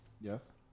Yes